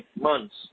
months